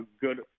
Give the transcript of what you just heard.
good